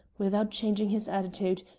without changing his attitude,